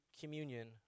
communion